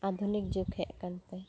ᱟᱫᱷᱩᱱᱤᱠ ᱡᱩᱜᱽ ᱦᱮᱡᱠᱟᱱᱛᱮ